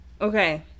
Okay